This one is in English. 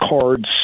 cards